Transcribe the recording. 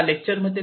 Thank you